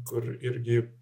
kur irgi